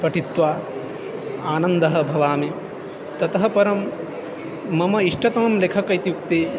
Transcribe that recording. पठित्वा आनन्दी भवामि ततः परं मम इष्टतमः लेखकः इत्युक्ते